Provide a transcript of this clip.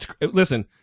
Listen